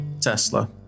Tesla